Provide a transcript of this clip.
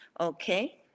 Okay